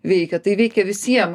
veikia tai veikia visiem